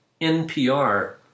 NPR